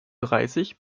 dreißig